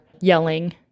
yelling